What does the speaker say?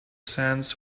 sands